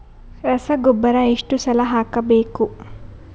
ರಸಗೊಬ್ಬರ ಎಷ್ಟು ಸಲ ಹಾಕಬೇಕು?